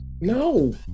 No